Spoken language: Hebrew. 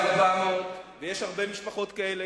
זה 400 שקלים, ויש הרבה משפחות כאלה.